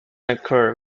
occur